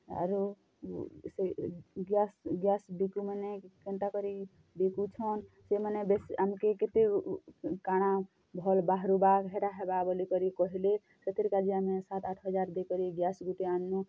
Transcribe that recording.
ଆରୁ ସେ gas gas ବିକୁମାନେ କେନ୍ତାକରି ବିକୁଛନ୍ ସେମାନେ ବେଶୀ ଆମ୍କେ କେତେ କାଣା ଭଲ୍ ବାହାରୁବା ହେଟା ହେବା ବୋଲିକରି କହେଲେ ସେଥିର୍କାଜି ଆମେ ସାତ୍ ଆଠ୍ ହଜାର୍ ଦେଇକରି ଗ୍ୟାସ୍ ଗୁଟେ ଆନ୍ନୁ